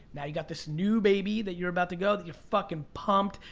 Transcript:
now you got this new baby that you're about to go, that you're fuckin' pumped.